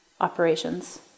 operations